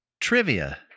Trivia